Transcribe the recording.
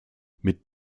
mit